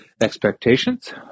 expectations